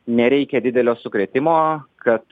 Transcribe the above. nereikia didelio sukrėtimo kad